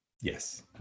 Yes